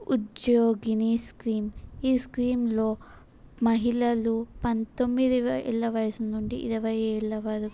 ఉద్యోగిని స్కీమ్ ఈ స్కీమ్లో మహిళలు పంతొమ్మిది ఏళ్ళ వయసు నుండి ఇరవై ఏళ్ళ వరకు